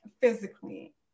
physically